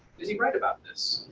is he right about this?